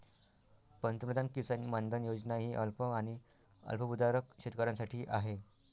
पंतप्रधान किसान मानधन योजना ही अल्प आणि अल्पभूधारक शेतकऱ्यांसाठी आहे